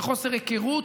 מחוסר היכרות.